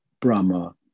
Brahma